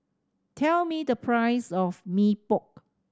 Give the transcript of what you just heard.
tell me the price of Mee Pok